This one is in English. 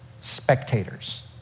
spectators